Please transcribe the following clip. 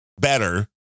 better